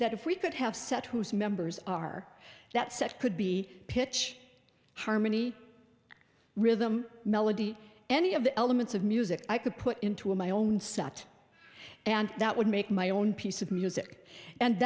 that if we could have set whose members are that set could be pitch harmony rhythm melody any of the elements of music i could put into a my own set and that would make my own piece of music and